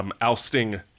ousting